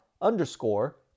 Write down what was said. underscore